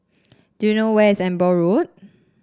do you know where is Amber Road